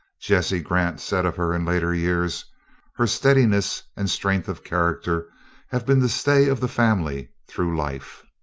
jesse grant said of her in later years her steadiness and strength of character have been the stay of the family through life.